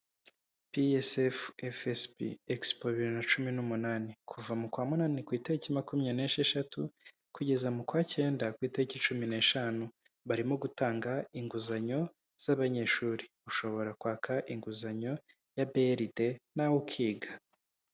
PSF, FSP; expo bibiri na cumi n'umunani, kuva mu kwa munani ku itariki makumya n'esheshatu kugeza mu kwa cyenda ku itariki cumi n'eshanu, barimo gutanga inguzanyo z'abanyeshuri. Ushobora kwaka inguzanyo ya BRD nawe ukiga.